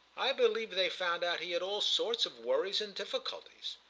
i believe they found out he had all sorts of worries and difficulties.